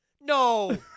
No